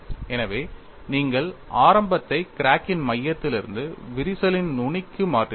எனவே நீங்கள் ஆரம்பத்தை கிராக்கின் மையத்திலிருந்து விரிசலின் நுனிக்கு மாற்றுகிறீர்கள்